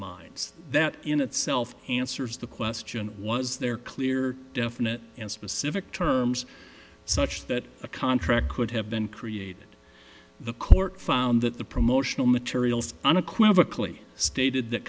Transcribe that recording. minds that in itself answers the question was there clear definite and specific terms such that a contract could have been created the court found that the promotional materials